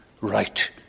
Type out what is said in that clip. right